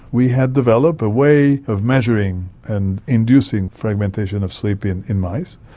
we had developed a way of measuring and inducing fragmentation of sleep in in mice,